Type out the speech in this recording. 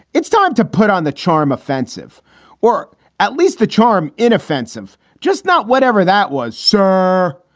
it's time to put on the charm offensive or at least the charm inoffensive just not whatever that was, sir.